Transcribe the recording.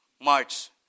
March